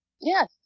Yes